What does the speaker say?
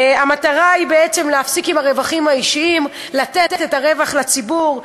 המטרה היא בעצם להפסיק עם הרווחים האישיים ולתת את הרווח לציבור.